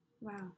Wow